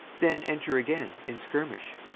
then enter again, in skirmish,